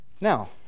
Now